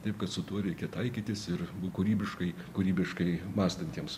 taip kad su tuo reikia taikytis ir kūrybiškai kūrybiškai mąstantiems